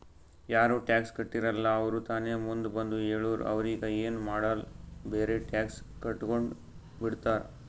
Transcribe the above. ಯಾರು ಟ್ಯಾಕ್ಸ್ ಕಟ್ಟಿರಲ್ಲ ಅವ್ರು ತಾನೇ ಮುಂದ್ ಬಂದು ಹೇಳುರ್ ಅವ್ರಿಗ ಎನ್ ಮಾಡಾಲ್ ಬರೆ ಟ್ಯಾಕ್ಸ್ ಕಟ್ಗೊಂಡು ಬಿಡ್ತಾರ್